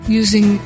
using